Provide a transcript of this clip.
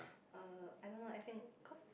err I don't know as in cause